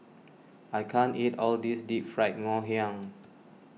I can't eat all this Deep Fried Ngoh Hiang